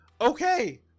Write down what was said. okay